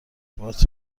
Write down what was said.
وات